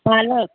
पालक